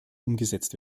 umgesetzt